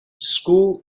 school